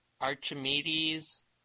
Archimedes